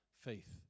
Faith